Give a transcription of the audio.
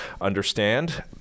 understand